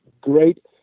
great